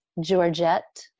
Georgette